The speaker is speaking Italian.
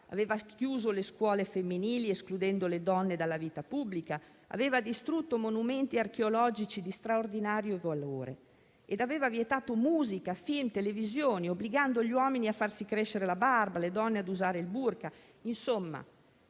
aveva chiuso le scuole femminili, escludendo le donne dalla vita pubblica; aveva distrutto monumenti archeologici di straordinario valore; aveva vietato musica, film e televisione, obbligando gli uomini a farsi crescere la barba e le donne a usare il *burqa*. Insomma,